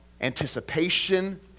Anticipation